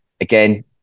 again